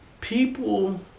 people